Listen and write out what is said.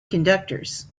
conductors